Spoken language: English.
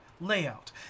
layout